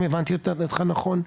אם הבנתי אותך נכון?